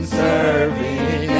serving